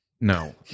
No